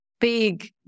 big